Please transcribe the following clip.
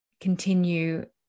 continue